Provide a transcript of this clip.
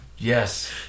Yes